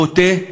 בוטה.